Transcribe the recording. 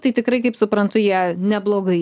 tai tikrai kaip suprantu ją neblogai